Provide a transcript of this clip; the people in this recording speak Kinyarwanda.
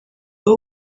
aho